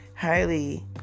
highly